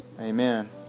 Amen